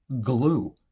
glue